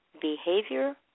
behavior